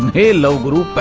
a love guru but